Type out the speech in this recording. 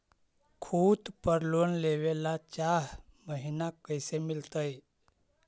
खूत पर लोन लेबे ल चाह महिना कैसे मिलतै?